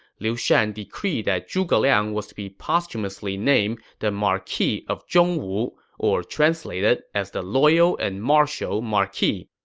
liu shan decreed that zhuge liang was to be posthumously named the marquis of zhongwu, or translated as the loyal and martial marquis.